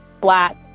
Black